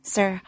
Sir